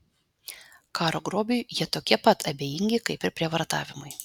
karo grobiui jie tokie pat abejingi kaip ir prievartavimui